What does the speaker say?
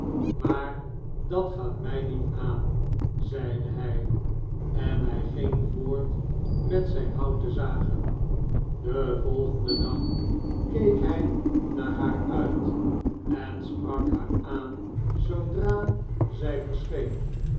maar dat gaat mjj niet aan zeide hij en hjj ging voort met zjjn hout te zagen den volgenden dag keek hij naar haar uit en sprak haar aan zoodra zjj verscheen